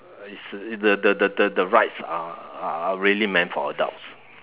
it's uh the the the the the rides are are really meant for adults